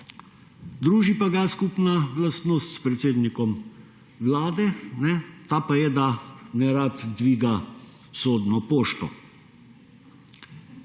Druži pa ga skupna lastnost s predsednikom Vlade, ta pa je, da nerad dviga sodno pošto.